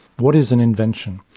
what is an invention?